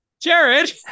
Jared